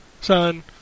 Son